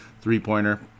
three-pointer